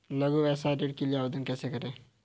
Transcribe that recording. लघु व्यवसाय ऋण के लिए आवेदन कैसे करें?